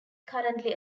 currently